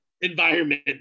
environment